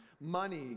money